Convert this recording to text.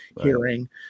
hearing